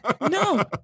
no